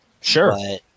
Sure